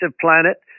planet